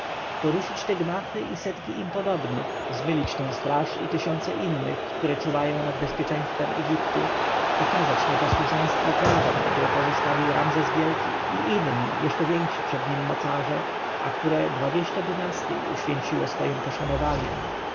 poruszyć te gmachy i setki im podobnych zmylić tę straż i tysiące innych które czuwają nad bezpieczeństwem egiptu okazać nieposłuszeństwo prawom które pozostawił ramzes wielki i inni jeszcze więksi przed nim mocarze a które dwadzieścia dynastyj uświęciło swojem poszanowaniem